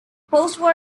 postwar